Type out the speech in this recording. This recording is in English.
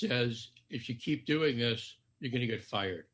says if you keep doing this you're going to get fired